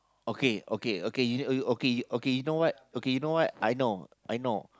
okay okay okay you okay okay you know what okay you know what I know I know